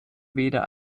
weder